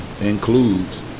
includes